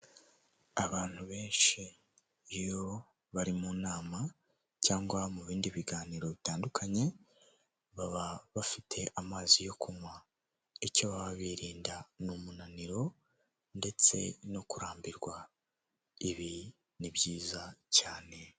Nimba ufite telefone uzakore uko ushoboye umenye kuyikoresha wandika ibintu byinshi bitandukanye mu mabara atandukanye bizatuma uyibyaza umusaruro uhagije.